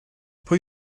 pwy